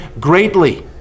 greatly